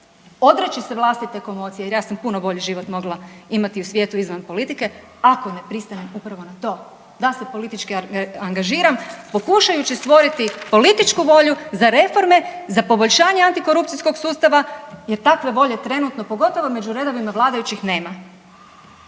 odreći se vlastite komocije jer ja sam puno bolji život mogla imati u svijetu izvan politike, ako ne pristanem upravo na to da se politički angažiram pokušavajući stvoriti političku volju za reforme, za poboljšanja antikorupcijskog sustava jer takve volje trenutno, pogotovo među redovima vladajućih nema.